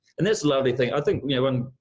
and it's a lovely thing. i think, you know, um